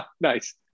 Nice